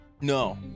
No